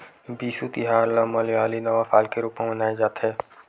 बिसु तिहार ल मलयाली नवा साल के रूप म मनाए जाथे